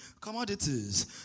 commodities